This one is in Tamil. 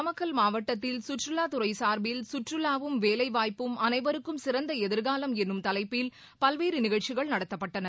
நாமக்கல் மாவட்டத்தில் கற்றுலாத் துறை சார்பில் கற்றுவாவும் வேலை வாய்ப்பும் அனைவருக்கும் சிறந்த எதிர்காலம் என்னும் தலைப்பில் பல்வேறு நிகழ்ச்சிகள் நடத்தப்பட்டன